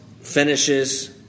finishes